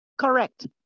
Correct